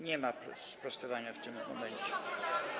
Nie ma sprostowania w tym momencie.